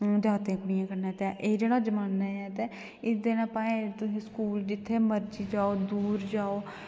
जागतें कुड़ियां कन्नै ते एह् जेह्ड़ा जमान्ना ऐ ते एह्दे नै भाएं तुस स्कूल जित्थें मर्जी जाओ दूर जाओ